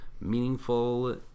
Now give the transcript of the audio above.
meaningful